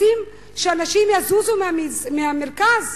רוצים שאנשים יזוזו מהמרכז?